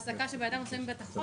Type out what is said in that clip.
העסקה שבה בן אדם לא מסיים בה את החודש